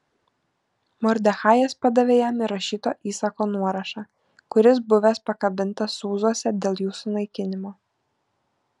mordechajas padavė jam ir rašyto įsako nuorašą kuris buvęs pakabintas sūzuose dėl jų sunaikinimo